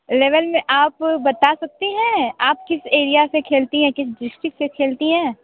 level में आप बता सकती हैं आप किस एरिया से खेलती हैं किस डिस्ट्रिक्ट से खेलती हैं